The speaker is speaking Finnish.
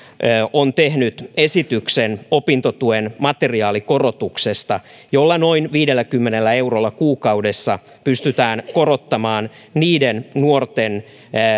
on tehnyt esityksen opintotuen materiaalikorotuksesta jolla noin viidelläkymmenellä eurolla kuukaudessa pystytään korottamaan niiden nuorten